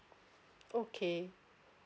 okay